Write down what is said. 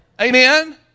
Amen